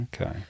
Okay